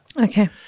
Okay